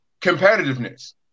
competitiveness